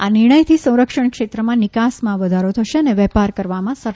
આ નિર્ણયથી સંરક્ષણક્ષેત્રમાં નિકાસમાં વધારો થશે અને વેપાર કરવામાં સરળતા રહેશે